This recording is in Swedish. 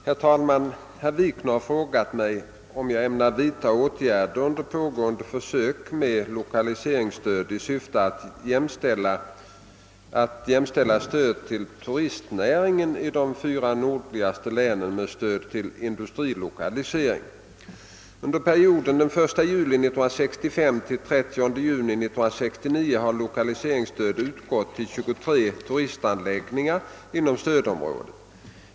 Herr talman! Herr Wikner har frågat mig, om jag ämnar vidta åtgärder under pågående försök med lokaliseringsstöd i syfte att jämställa stöd till turistnäringen i de fyra nordligaste länen med stöd till industrilokalisering. Under perioden den 1 juli 1965—30 juni 1969 har lokaliseringsstöd utgått till 23 turistanläggningar inom stödområdet.